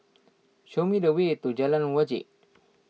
show me the way to Jalan Wajek